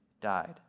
died